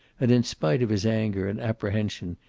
and in spite of his anger and apprehension,